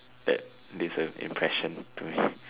that leaves an impression to me